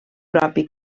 propi